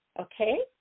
okay